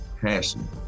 passion